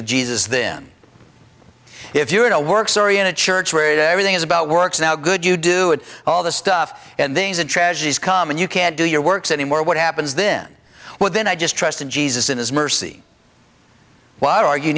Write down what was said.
with jesus then if you're in a work story in a church where everything is about works now good you do it all the stuff and things and tragedies come and you can't do your works anymore what happens then well then i just trust in jesus in his mercy why are you